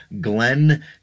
Glenn